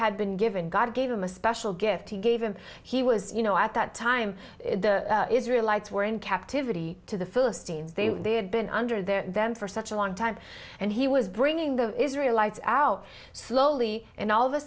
had been given god gave him a special gift he gave him he was you know at that time the israel lights were in captivity to the philistines they were they had been under the them for such a long time and he was bringing the israel lights out slowly and all of a